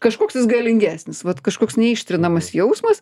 kažkoks jis galingesnis vat kažkoks neištrinamas jausmas